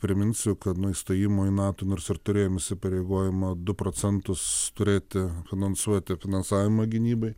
priminsiu kad nuo įstojimo į nato nors ir turėjome įsipareigojimą du procentus turėti finansuoti finansavimą gynybai